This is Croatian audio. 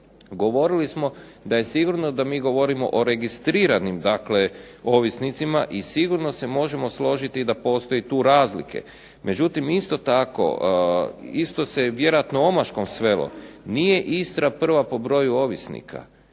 govorili smo da je sigurno da mi govorimo o registriranim ovisnicima i sigurno se možemo složiti da postoje tu razlike. Međutim isto tako, isto se vjerojatno omaškom svelo, nije Istra prva po broju ovisnika,